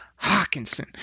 Hawkinson